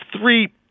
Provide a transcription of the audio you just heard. three